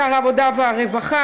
שר העבודה והרווחה,